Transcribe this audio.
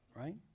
Right